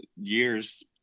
years